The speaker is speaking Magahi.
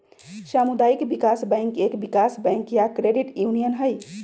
सामुदायिक विकास बैंक एक विकास बैंक या क्रेडिट यूनियन हई